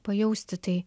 pajausti tai